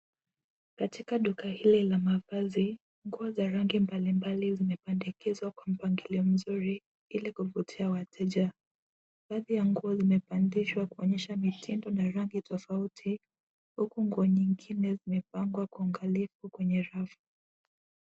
Katika duka hili la mavazi, nguo za rangi mbalimbali zimepandikizwa kwa mpangilio mzuri ili kuvutia wateja. Baadhi za nguo zimepandishwa kuonyesha mitindo na rangi tofauti huku nguo nyingine zimepangwa kwa uangalifu kwenye rafu.